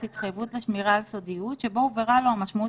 התחייבות לשמירה על סודיות שבו הובהרה לו המשמעות